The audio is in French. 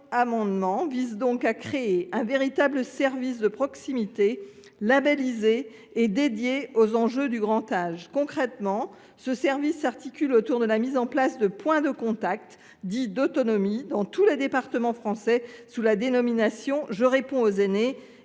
Cet amendement vise donc à créer un véritable service de proximité labellisé et dédié aux enjeux du grand âge. Concrètement, ce service s’articule autour de la mise en place de points de contact, dit d’autonomie, dans tous les départements français, sous la dénomination « Je réponds aux aînés »